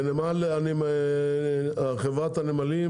עם כל הכבוד, חברת הנמלים,